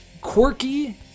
quirky